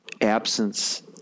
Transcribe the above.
absence